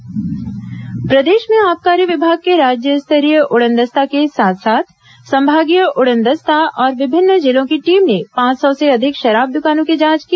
आबकारी जांच प्रदेश में आबकारी विभाग के राज्य स्तरीय उडनदस्ता के साथ साथ संभागीय उड़नदस्ता और विभिन्न जिलों की टीम ने पांच सौ से अधिक शराब दुकानों की जांच की